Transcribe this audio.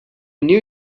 knew